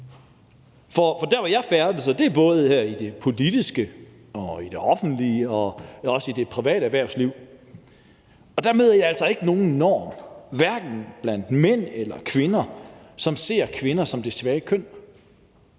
For der, hvor jeg færdes – og det er både her i det politiske og i det offentlige og også i det private erhvervsliv – møder jeg altså ikke nogen norm, hverken blandt mænd eller kvinder, som gør, at man ser kvinder som det svage køn